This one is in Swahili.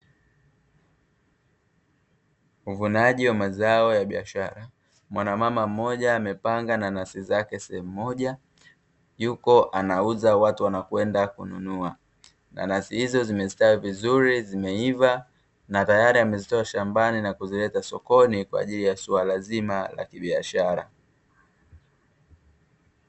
Uvunaji wa mazao ya biashara. Mwanamama mmoja amepanga nanasi zake sehemu moja, yuko anauza watu wanakwenda kununua. Nanasi hizo zimestawi vizuri, zimeiva na tayari amezitoa shambani na kuzileta sokoni kwa ajili ya suala zima la kibiashara.